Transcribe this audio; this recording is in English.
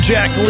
Jack